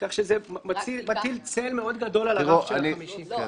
כך שזה מטיל צל מאוד גדול על הרף של ה-50.